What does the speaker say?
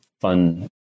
Fun